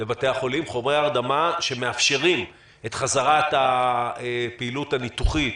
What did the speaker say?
חומרי הרדמה שמאפשרים את חזרת הפעילות הניתוחית